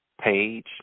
page